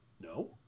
no